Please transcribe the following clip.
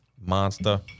monster